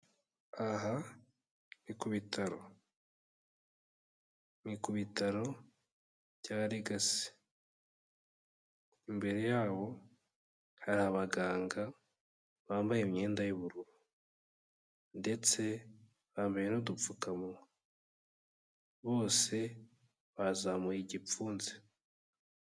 Aha ni ku bitaro, ni ku bitaro bya Legacy, imbere yabo hari abaganga bambaye imyenda y'ubururu ndetse bambaye n'udupfukamunwa, bose bazamuye igipfunsi.